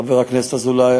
חבר הכנסת אזולאי.